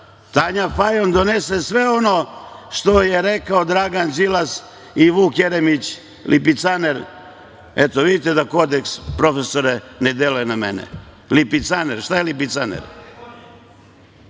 Tanja Fajon donese sve ono što je rekao Dragan Đilas i Vuk Jermić, lipicaner. Eto, vidite profesore da kodeks ne deluje na mene. Da, lipicaner. Šta je lipicaner?